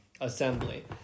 assembly